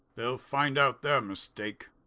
they'll find out their mistake.